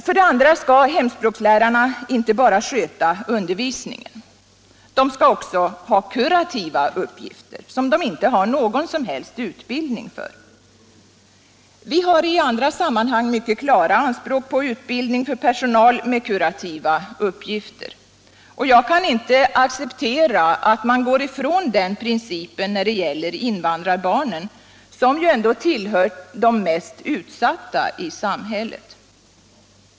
För det andra skall hemspråkslärarna inte bara sköta undervisningen, utan de skall också ha kurativa uppgifter, som de inte har någon som helst utbildning för. Vi har i andra sammanhang mycket klara anspråk på utbildning för personal med kurativa uppgifter, och jag kan inte acceptera att man går ifrån den principen när det gäller invandrarbarnen, som ju ändå tillhör de mest utsatta i samhället.